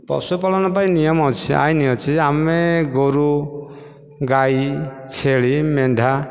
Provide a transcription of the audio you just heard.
ପଶୁପାଳନ ପାଇଁ ନିୟମ ଅଛି ଆଇନ ଅଛି ଆମେ ଗୋରୁ ଗାଈ ଛେଳି ମେଣ୍ଢା